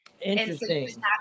interesting